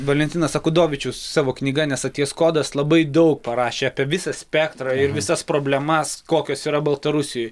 valentinas akudovičius savo knyga nesaties kodas labai dau parašė apie visą spektrą ir visas problemas kokios yra baltarusijoj